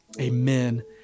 Amen